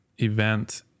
event